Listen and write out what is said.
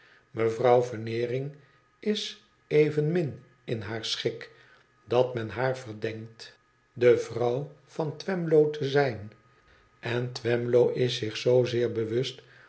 mevrouw veneering is evenmin in haar schik dat men haar verdenkt de vrouw van twemlow te zijn en twemlow is zich zoo zeer bewust